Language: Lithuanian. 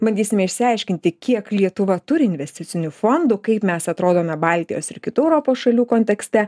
bandysime išsiaiškinti kiek lietuva turi investicinių fondų kaip mes atrodome baltijos ir kitų europos šalių kontekste